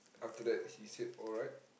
after that he said alright